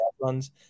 runs